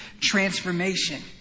transformation